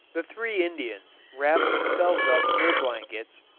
the three indians wrapped themselves up in their blankets,